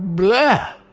blair,